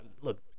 look